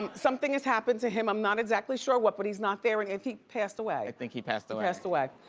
um something has happened to him. i'm not exactly sure what but he's not there, and if he passed away. i think he passed away. he passed away.